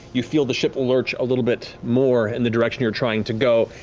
you feel the ship lurch a little bit more in the direction you're trying to go.